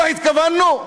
לא התכוונו?